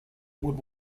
would